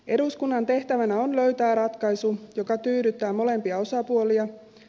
eduskunnan tehtävänä on löytää ratkaisu joka tyydyttää molempia osapuolia